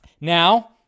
Now